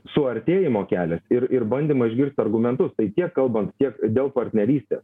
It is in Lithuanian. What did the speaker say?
suartėjimo kelias ir ir bandymai išgirt argumentus tai tiek kalbant tiek dėl partnerystės